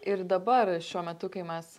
ir dabar šiuo metu kai mes